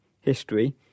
history